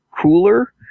cooler